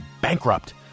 Bankrupt